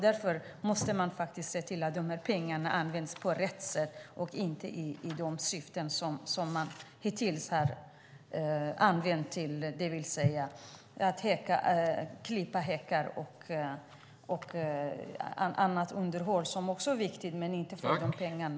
Därför måste man se till att pengarna används på rätt sätt och inte i de syften som man hittills har haft, det vill säga klippning av häckar och annat underhåll, som också är viktigt - men inte för de här pengarna.